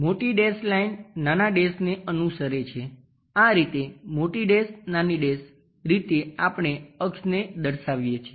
મોટી dash line નાના ડેશને અનુસરે છે આ રીતે મોટી ડેશ નાની ડેશ રીતે આપણે અક્ષને દર્શાવીએ છીએ